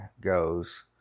goes